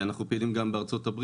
אנחנו פעילים גם בארצות-הברית